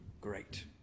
great